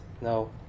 No